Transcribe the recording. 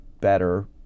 better